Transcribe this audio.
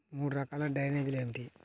మూడు రకాల డ్రైనేజీలు ఏమిటి?